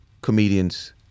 comedians